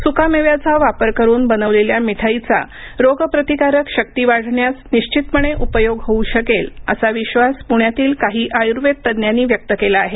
सुकामेव्याचा वापर करून बनवलेल्या मिठाईचा रोगप्रतिकारक शक्ती वाढण्यास निश्चितपणे उपयोग होऊ शकेल असा विश्वास पुण्यातील काही आयुर्वेद तज्ञांनी व्यक्त केला आहे